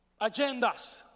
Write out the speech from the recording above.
agendas